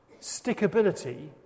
Stickability